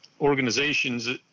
organizations